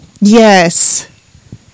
yes